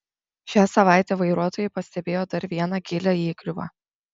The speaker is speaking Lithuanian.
šią savaitę vairuotojai pastebėjo dar vieną gilią įgriuvą